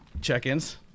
check-ins